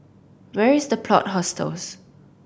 where is The Plot Hostels